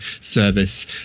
service